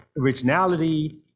originality